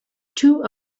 two